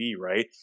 right